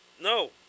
No